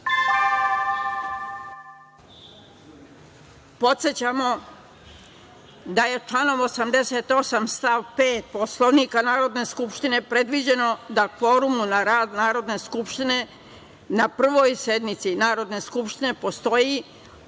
vas da je članom 88. stav 5. Poslovnika Narodne skupštine predviđeno da kvorum za rad Narodne skupštine na Prvoj sednici Narodne skupštine postoji